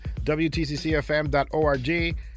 WTCCFM.org